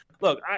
Look